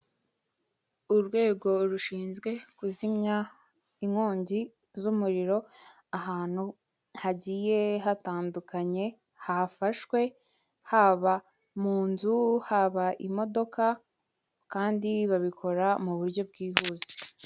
Umukozi ukorera sosiyete yitwa vuba vuba, ari kugeza ku muguzi ibicuruzwa yashakaga kandi urabonako bishimye bombi , yaryohewe na serivise yahawe nziza kandi ikeye.